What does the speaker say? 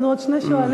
יש לנו עוד שני שואלים,